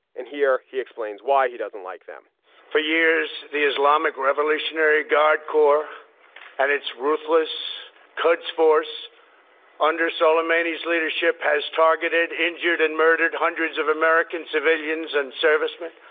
and here he explains why he doesn't like them for years, the islamic revolutionary guard corps and its ruthless cuds force under suleimani's leadership, has targeted, injured and murdered hundreds of american civilians and servicemen.